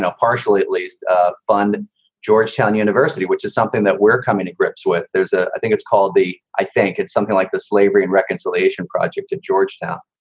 ah partially at least ah fund georgetown university, which is something that we're coming to grips with. there's a i think it's called the i think it's something like the slavery and reconciliation project at georgetown.